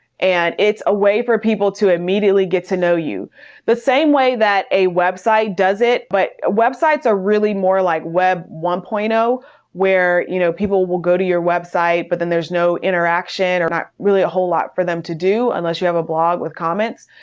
and it's a way for people to immediately get to know you the same way that a website does it. but websites are really more like web one point zero where you know, people will go to your website but then there's no interaction or not really a whole lot for them to do unless you have a blog with comments.